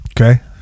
Okay